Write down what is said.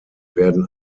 werden